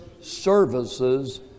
services